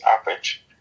average